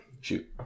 shoot